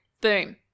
Boom